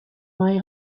mahai